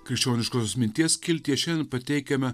krikščioniškos minties skiltyje šiandien pateikiame